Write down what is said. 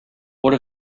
what